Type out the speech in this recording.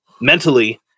mentally